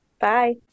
Bye